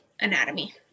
anatomy